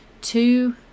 two